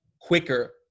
quicker